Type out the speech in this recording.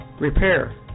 repair